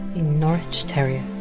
a norwich terrier.